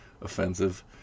offensive